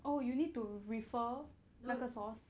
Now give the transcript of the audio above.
oh you need to refer 那个 source